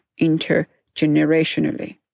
intergenerationally